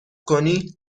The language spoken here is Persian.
کنی